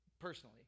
personally